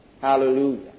Hallelujah